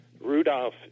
Rudolph